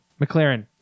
McLaren